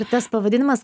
ir tas pavadinimas